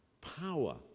power